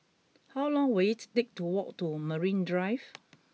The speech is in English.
how long will it take to walk to Marine Drive